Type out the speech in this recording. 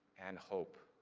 and hope.